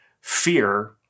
fear